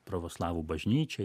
pravoslavų bažnyčia